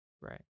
Right